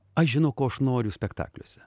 aš žinau ko aš noriu spektakliuose